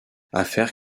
affaire